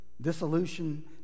dissolution